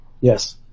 Yes